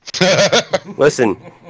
Listen